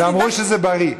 ואמרו שזה בריא.